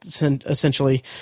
essentially